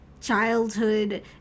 childhood